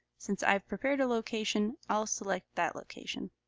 since i've prepared a location, i'll select that location.